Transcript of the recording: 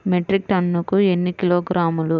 Metric టన్నుకు ఎన్ని కిలోగ్రాములు?